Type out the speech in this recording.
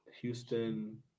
Houston